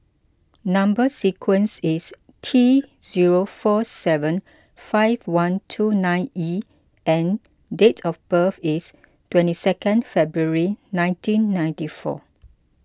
Number Sequence is T zero four seven five one two nine E and date of birth is twenty second February nineteen ninety four